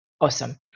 awesome